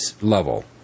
level